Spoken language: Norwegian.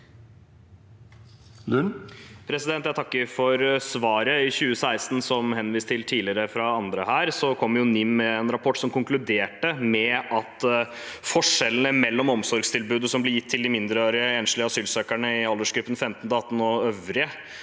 Jeg takker for svaret. I 2016, som henvist til tidligere fra andre her, kom NIM med en rapport som konkluderte med at forskjellene mellom omsorgstilbudet som blir gitt til de enslige mindreårige asylsøkerne i aldersgruppen 15–18 år og øvrige,